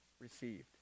received